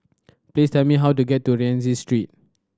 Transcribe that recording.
please tell me how to get to Rienzi Street